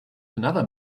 another